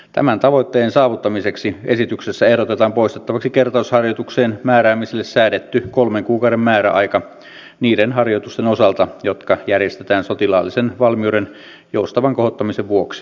tämän tavoitteen saavuttamiseksi esityksessä ehdotetaan poistettavaksi kertausharjoitukseen määräämiselle säädetty kolmen kuukauden määräaika niiden harjoitusten osalta jotka järjestetään sotilaallisen valmiuden joustavan kohottamisen vuoksi